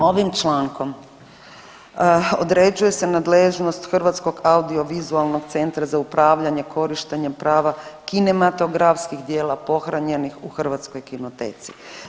Dakle, ovim člankom određuje se nadležnost Hrvatskog audiovizualnog centra za upravljanje, korištenjem prava kinematografskih djela pohranjenoj u hrvatskoj kinoteci.